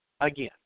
Again